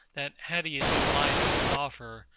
that had he a new life in his offer,